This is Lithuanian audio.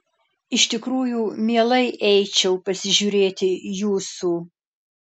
iš tikrųjų mielai eičiau pasižiūrėti jūsų